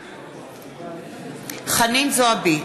בעד חנין זועבי,